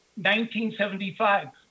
1975